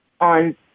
on